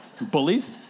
Bullies